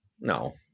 No